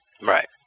Right